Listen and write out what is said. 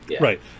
Right